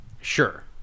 sure